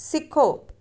ਸਿੱਖੋ